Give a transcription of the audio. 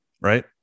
right